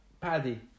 Paddy